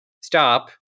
stop